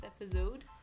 episode